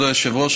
כבוד היושב-ראש,